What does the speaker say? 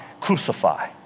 crucify